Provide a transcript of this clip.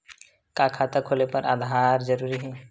का खाता खोले बर आधार जरूरी हे?